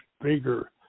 bigger